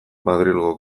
madrilgo